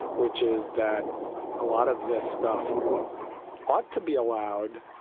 which is that a lot of this stuff ought to be allowed,